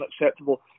unacceptable